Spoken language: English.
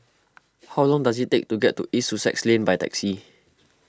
how long does it take to get to East Sussex Lane by taxi